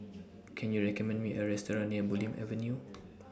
Can YOU recommend Me A Restaurant near Bulim Avenue